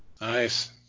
Nice